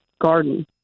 garden